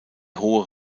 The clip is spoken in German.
hohe